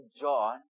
John